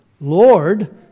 Lord